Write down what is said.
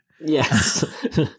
Yes